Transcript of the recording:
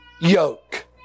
yoke